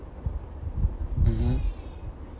mmhmm